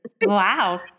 Wow